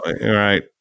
Right